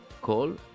call